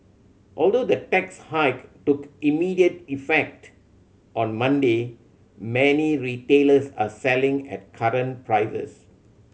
although the tax hike took immediate effect on Monday many retailers are selling at current prices